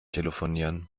telefonieren